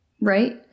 right